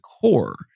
core